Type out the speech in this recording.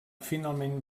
finalment